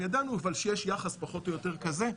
אבל ידענו שיש יחס פחות או יותר כזה,